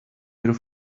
here